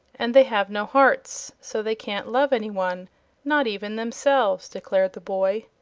and they have no hearts so they can't love anyone not even themselves, declared the boy.